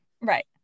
Right